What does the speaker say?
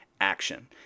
action